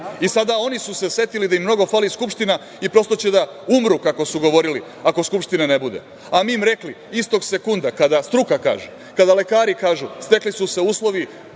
i sada oni su se setili da im mnogo fali Skupština i prosto će da umru, kako su govorili, ako Skupštine ne bude. Mi smo im rekli – istog sekunda kada struka kaže, kada lekari kažu, stekli su se uslovi,